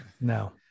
no